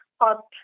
hot